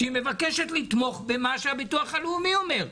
שהיא מבקשת לתמוך במה שהביטוח הלאומי מציע.